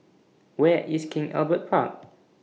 Where IS King Albert Park